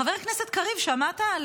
חבר הכנסת קריב, שמעת?